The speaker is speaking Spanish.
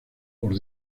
por